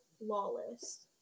lawless